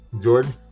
Jordan